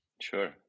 Sure